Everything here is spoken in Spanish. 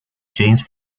james